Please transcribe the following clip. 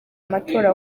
amatora